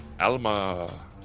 Alma